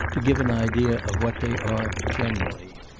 to give an idea of what they are generally.